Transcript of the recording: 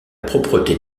propreté